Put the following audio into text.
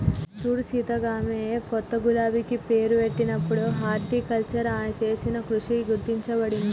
సూడు సీత గామె కొత్త గులాబికి పేరు పెట్టినప్పుడు హార్టికల్చర్ ఆమె చేసిన కృషి గుర్తించబడింది